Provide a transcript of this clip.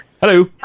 Hello